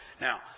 Now